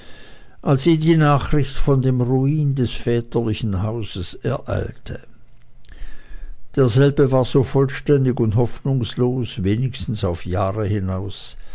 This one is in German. als ihn die nachricht von dem ruin des väterlichen hauses ereilte derselbe war so vollständig und hoffnungslos wenigstens auf jahre hinaus